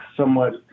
Somewhat